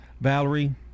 Valerie